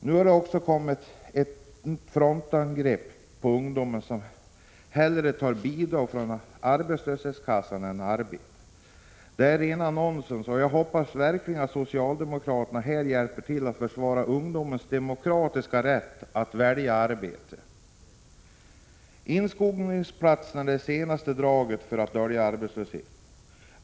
Nu har det också kommit frontalangrepp på ungdomen som hellre tar bidrag från arbetslöshetskassan än arbetar. Detta är rent nonsens, och jag hoppas verkligen att socialdemokraterna här hjälper till att försvara ungdomarnas demokratiska rätt att välja arbete. Inskolningsplatser är det senaste draget för att dölja arbetslösheten.